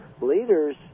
leaders